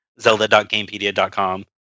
Zelda.gamepedia.com